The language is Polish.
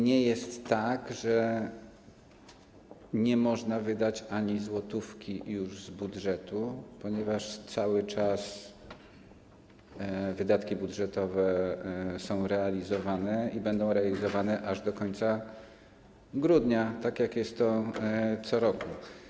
Nie jest tak, że nie można już wydać ani złotówki z budżetu, ponieważ cały czas wydatki budżetowe są realizowane i będą realizowane aż do końca grudnia, tak jak co roku.